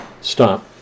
stop